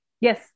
yes